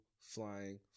flying